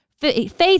Faith